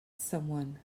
someone